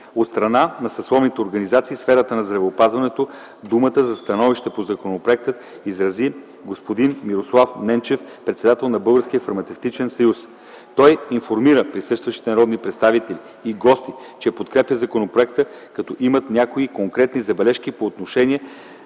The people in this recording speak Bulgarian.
страна на съсловните организации в сферата на здравеопазването думата за становище по законопроекта изрази господин Мирослав Ненчев – председател на Българския фармацевтичен съюз. Той информира присъстващите народни представители и гости, че подкрепят законопроекта като имат някои конкретни забележки по отношение